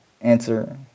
answer